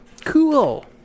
Cool